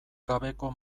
gabeko